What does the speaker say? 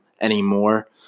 anymore